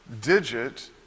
digit